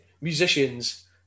musicians